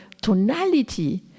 tonality